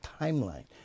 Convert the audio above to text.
timeline